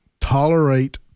tolerate